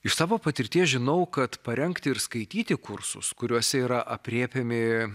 iš savo patirties žinau kad parengti ir skaityti kursus kuriuose yra aprėpiami